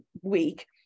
week